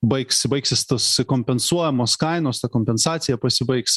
baigs baigsis tas kompensuojamos kainos ta kompensacija pasibaigs